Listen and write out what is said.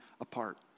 apart